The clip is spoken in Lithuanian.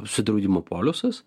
apsidraudimo polisas